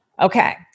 Okay